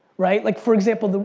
right? like for example,